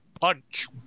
punch